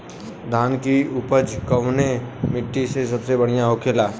धान की उपज कवने मिट्टी में सबसे बढ़ियां होखेला?